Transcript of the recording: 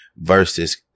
versus